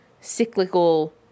cyclical